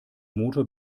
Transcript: motor